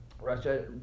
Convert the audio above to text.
Russia